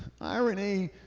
Irony